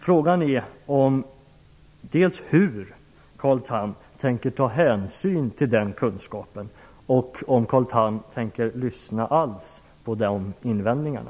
Frågan är dels hur Carl Tham tänker ta hänsyn till den kunskapen, dels om Carl Tham tänker lyssna alls på de invändningarna.